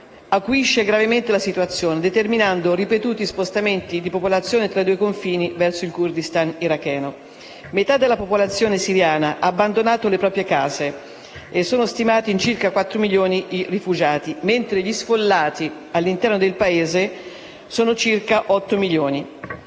acuisce gravemente la situazione, determinando ripetuti spostamenti di popolazione tra i due confini e verso il Kurdistan iracheno. Metà della popolazione siriana ha abbandonato le proprie case: i rifugiati sono stimati in circa 4 milioni, mentre gli sfollati all'interno del Paese sono circa 8 milioni.